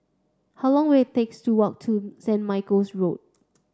how long will takes to walk to Saint Michael's Road